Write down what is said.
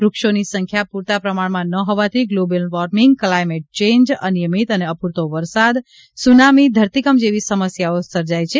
વૃક્ષોની સંખ્યા પુરતા પ્રમાણમાં ન હોવાથી ગ્લોબલ ર્વોમિંગ કલાઇમેન્ટ ચેન્જ અનિયમિત અને અપૂરતો વરસાદ સુનામી ધરતીકંપ જેવી સમસ્યાઓ સર્જાય છે